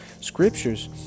Scriptures